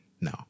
no